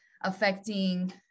affecting